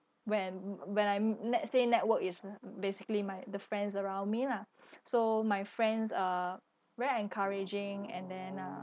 when wh~ wh~ when I'm m~ next thing network is uh basically my the friends around me lah so my friends are very encouraging and then ah